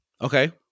Okay